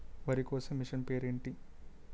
వరి కోసే మిషన్ పేరు ఏంటి